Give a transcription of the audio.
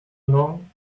along